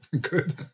good